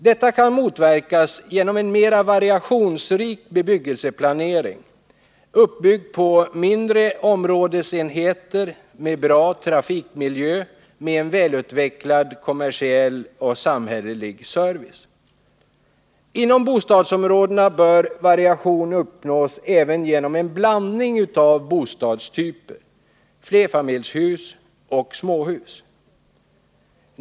Detta kan motverkas genom en mera variationsrik bebyggelseplanering, uppbyggd på mindre områdesenheter med bra trafikmiljö och en välutvecklad kommersiell och samhällelig service. Inom bostadsområdena bör variation uppnås även genom en blandning av bostadstyper, flerfamiljshus och småhus.